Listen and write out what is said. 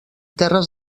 terres